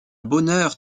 bonheur